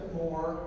more